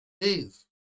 Please